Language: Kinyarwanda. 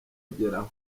ageraho